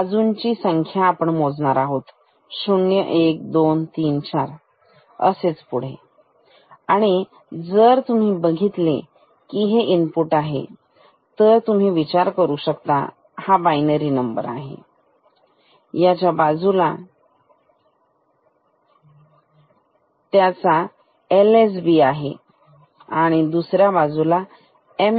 बाजूंची संख्या मोजणार 0 1 2 3 4 असेच पुढे आणि जर तुम्ही बघितले हे इनपुट तर तुम्ही विचार करू शकता हा बाइनरी नंबर आहे या बाजूला त्याचा एलएलबी LSB आहे आणि तिकडे MSB